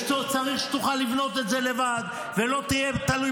וצריך שתוכל לבנות את זה לבד ולא תהיה תלוי